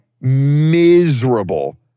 miserable